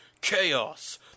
Chaos